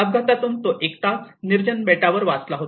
अपघातातून तो एकटाच एका निर्जन बेटावर वाचला होता